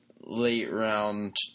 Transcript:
late-round